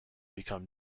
become